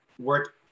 work